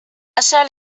أشعل